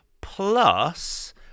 plus